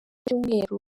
cyumweru